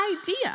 idea